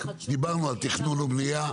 דיברנו על תכנון ובנייה.